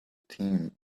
team